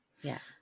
Yes